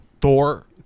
Thor